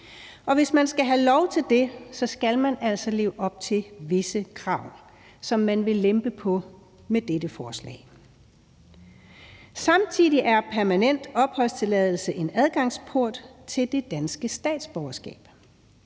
Og hvis man skal have lov til det, skal man altså leve op til visse krav, som man vil lempe på med dette forslag. Samtidig er permanent opholdstilladelse en adgangsport til det danske statsborgerskab.